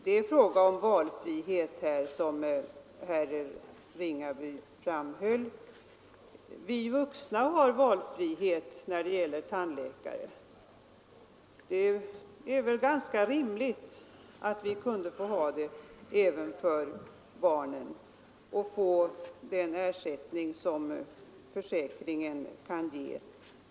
Det är fråga om valfrihet här, såsom herr Ringaby framhöll. Vi vuxna har valfrihet när det gäller att gå till tandläkare. Det vore rimligt att ha sådan valfrihet även för barnen och att de kunde få den ersättning som försäkringen ger.